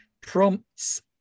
Prompts